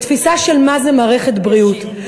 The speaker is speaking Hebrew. בתפיסה של מה זה מערכת בריאות.